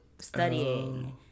studying